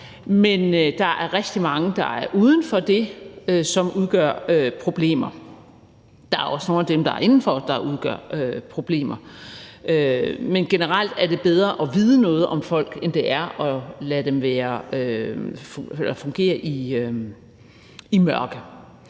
Men der er rigtig mange, der er uden for det, som udgør problemer. Der er også nogle af dem, der er inden for det, der udgør problemer, men generelt er det bedre at vide noget om folk, end det er at lade dem virke i mørket.